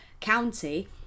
county